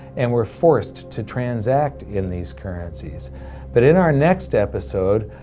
and we're forced to transact in these currencies but in our next episode,